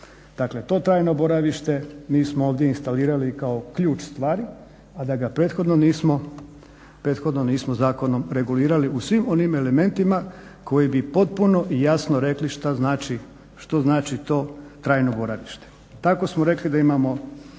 Dakle to trajno boravište mi smo ovdje instalirali kao ključ stvari, a da ga prethodno nismo zakonom regulirali u svim onim elementima koji bi potpuno i jasno rekli šta znači to trajno boravište. Tako smo rekli da imamo